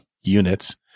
units